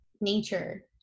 nature